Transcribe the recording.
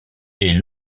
est